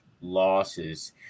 losses